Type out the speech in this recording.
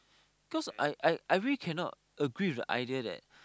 because I I really cannot agree with the idea that